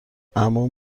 عموم